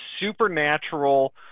supernatural